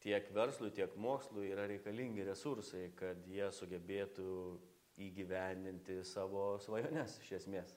tiek verslui tiek mokslui yra reikalingi resursai kad jie sugebėtų įgyvendinti savo svajones iš esmės